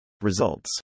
Results